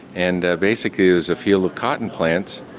and basically there's a field of cotton plants,